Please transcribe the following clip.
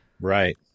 Right